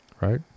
right